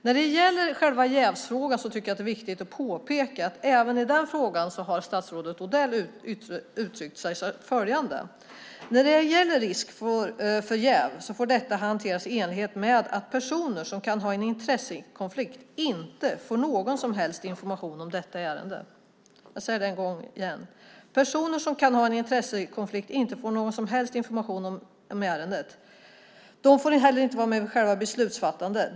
När det gäller själva jävsfrågan tycker jag att det är viktigt att påpeka att statsrådet Odell har uttryckt följande: När det gäller risk för jäv får detta hanteras i enlighet med att personer som kan ha en intressekonflikt inte får någon som helst information om ärendet. De får heller inte vara med vid själva beslutsfattandet.